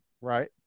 right